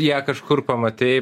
ją kažkur pamatei